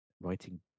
writing